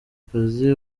akazi